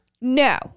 No